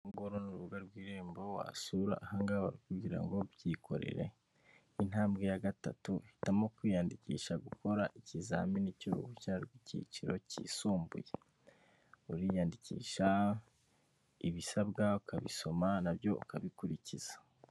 Uru nguru ni rubuga rw'irembo wasura ahangaha kugira ngo ubyikorere. Intambwe ya gatatu uhitamo kwiyandikisha gukora ikizamini cy'uruhushya rw'icyiciro kisumbuye uriyandikisha ibisabwa ukabisoma nabyo ukabikurikiza.